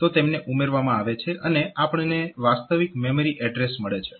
તો તેમને ઉમેરવામાં આવે છે અને આપણને વાસ્તવિક મેમરી એડ્રેસ મળે છે